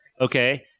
Okay